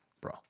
bro